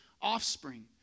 offspring